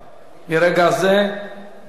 מרגע זה, בשעה